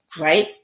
right